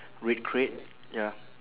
red crate ya